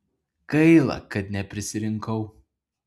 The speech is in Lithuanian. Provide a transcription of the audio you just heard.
gaila kad neprisirinkau